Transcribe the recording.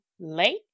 late